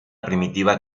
primitiva